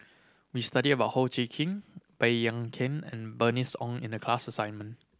we studied about Ho Chee Kong Baey Yam Keng and Bernice Ong in the class assignment